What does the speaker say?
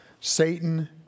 Satan